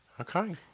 Okay